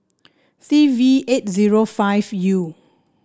C V eight zero five U